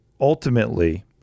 ultimately